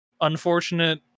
Unfortunate